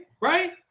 right